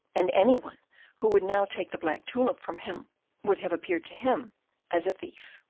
and any one who would now take the black tulip from him would have appeared to him as a thief.